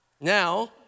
Now